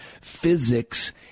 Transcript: Physics